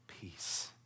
peace